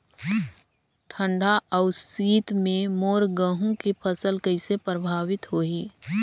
ठंडा अउ शीत मे मोर गहूं के फसल कइसे प्रभावित होही?